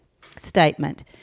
statement